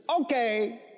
Okay